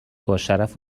باشرف